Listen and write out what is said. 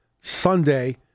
Sunday